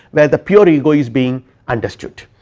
where the pure ego is being understood.